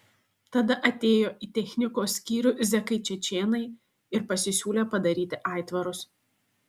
tada atėjo į technikos skyrių zekai čečėnai ir pasisiūlė padaryti aitvarus